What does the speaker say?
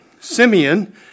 Simeon